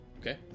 Okay